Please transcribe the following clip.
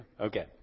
okay